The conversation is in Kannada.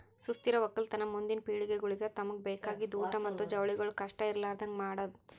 ಸುಸ್ಥಿರ ಒಕ್ಕಲತನ ಮುಂದಿನ್ ಪಿಳಿಗೆಗೊಳಿಗ್ ತಮುಗ್ ಬೇಕಾಗಿದ್ ಊಟ್ ಮತ್ತ ಜವಳಿಗೊಳ್ ಕಷ್ಟ ಇರಲಾರದಂಗ್ ಮಾಡದ್